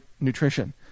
nutrition